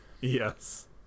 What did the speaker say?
yes